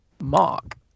mark